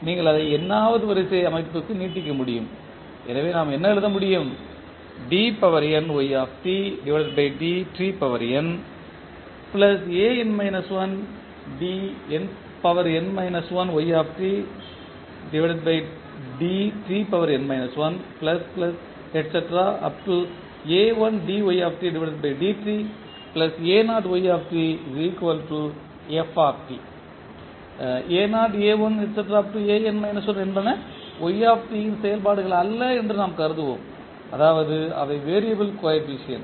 நீங்கள் அதை n வது வரிசை அமைப்புக்கு நீட்டிக்க முடியும் எனவே நாம் என்ன எழுத முடியும் என்பன y இன் செயல்பாடுகள் அல்ல என்று நாம் கருதுவோம் அதாவது அவை வேறியபிள் கோஎபிசியன்ட்